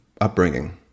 upbringing